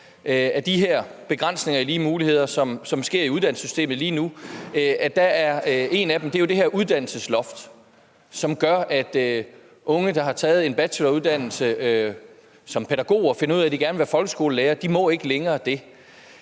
af de begrænsninger i de lige muligheder, som kommer i uddannelsessystemet lige nu, er det her uddannelsesloft, som gør, at en ung, der har taget en bacheloruddannelse som pædagog og finder ud af, at vedkommende gerne vil være folkeskolelærer, ikke længere må det.